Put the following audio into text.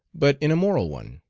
but in a moral one.